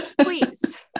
please